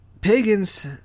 pagans